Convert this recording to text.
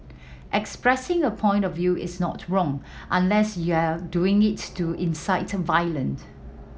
expressing a point of view is not wrong unless you're doing it to incite violent